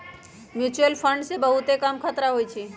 mutual fund मे बहुते कम खतरा होइ छइ